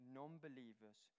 non-believers